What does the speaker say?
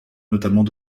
notamment